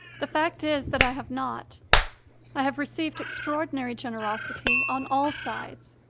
the fact is that i have not. i have received extraordinary generosity on all sides,